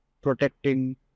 protecting